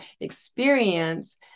experience